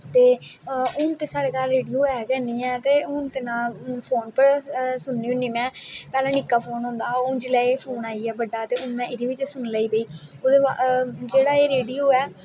ते हून ते साढ़े घर रेड़ियो है गै नी ऐ ते हून ते नां फोन पर सुननी होनी मैं पैह्लैं निक्का फोन होंदा हा हून जिसलै एह् फोन आईया बड्डा ते हून में एह्दे बिच्च सुनन लगी पेई जेह्ड़ा एह् रेड़ियो ऐ